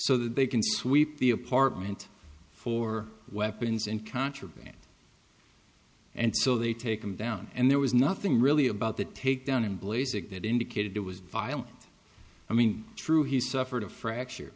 so they can sweep the apartment for weapons and contraband and so they take him down and there was nothing really about the takedown and blazing that indicated it was violent i mean true he suffered a fracture